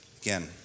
Again